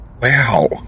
Wow